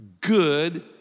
good